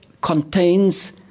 contains